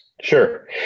Sure